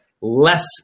less